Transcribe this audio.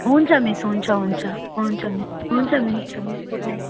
हुन्छ मिस हुन्छ हुन्छ हुन्छ मिस हुन्छ मिस गुड नाइट